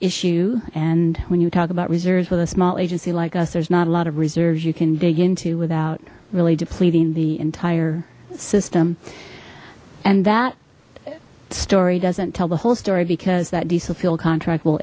issue and when you talk about reserves with a small agency like us there's not a lot of reserves you can dig into without really depleting the entire system and that story doesn't tell the whole story because that diesel fuel contract will